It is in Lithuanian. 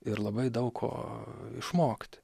ir labai daug ko išmokti